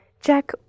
Jack